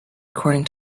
according